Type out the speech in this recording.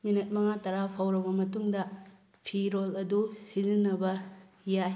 minute ꯃꯉꯥ ꯇꯔꯥ ꯐꯧꯔꯕ ꯃꯇꯨꯡꯗ ꯐꯤꯔꯣꯜ ꯑꯗꯨ ꯁꯤꯖꯤꯟꯅꯕ ꯌꯥꯏ